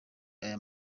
aya